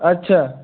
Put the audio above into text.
अच्छा